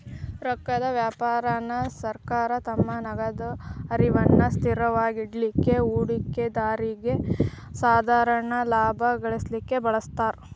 ರೊಕ್ಕದ್ ವ್ಯಾಪಾರಾನ ಸರ್ಕಾರ ತಮ್ಮ ನಗದ ಹರಿವನ್ನ ಸ್ಥಿರವಾಗಿಡಲಿಕ್ಕೆ, ಹೂಡಿಕೆದಾರ್ರಿಗೆ ಸಾಧಾರಣ ಲಾಭಾ ಗಳಿಸಲಿಕ್ಕೆ ಬಳಸ್ತಾರ್